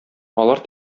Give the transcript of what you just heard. алар